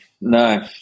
No